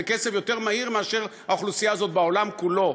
בקצב יותר מהיר מאשר האוכלוסייה הזאת בעולם כולו,